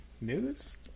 News